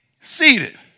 seated